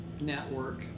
Network